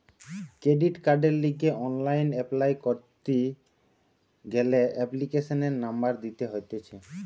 credit কার্ডের লিগে online apply করতি গ্যালে এপ্লিকেশনের নম্বর দিতে হতিছে